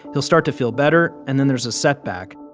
he'll start to feel better, and then there's a setback.